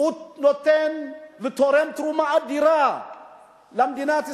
נותן ותורם תרומה אדירה למדינת ישראל.